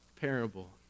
parable